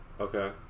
Okay